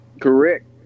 correct